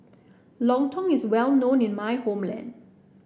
Lontong is well known in my hometown